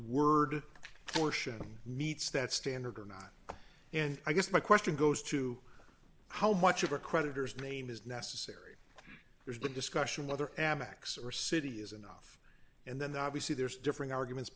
word worship meets that standard or not and i guess my question goes to how much of our creditors name is necessary there's been discussion whether amex or city is enough and then obviously there's differing arguments